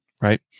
Right